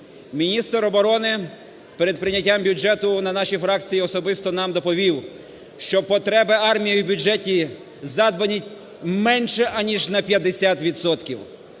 Міністр оборони перед прийняттям бюджету на нашій фракції особисто нам доповів, що потреби армії в бюджеті задбані менше, аніж на 50